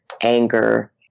anger